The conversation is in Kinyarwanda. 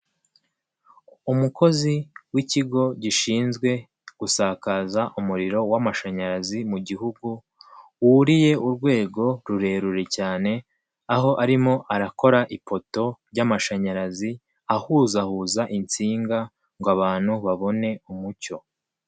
Umukozi w'ikigo gishinzwe gusakaza umuriro w'amashanyarazi mu gihugu, wuriye urwego rurerure cyane aho arimo arakora ipoto ry'amashanyarazi ahuzahuza insinga ngo abantu babone umucyo.